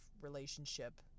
relationship